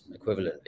equivalently